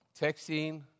texting